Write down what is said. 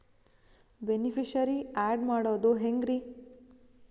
Beneficiary, add ಮಾಡೋದು ಹೆಂಗ್ರಿ?